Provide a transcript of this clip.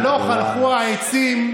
הלוך הלכו העצים,